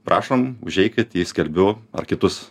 prašom užeikit į skelbiu ar kitus